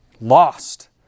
lost